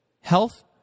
health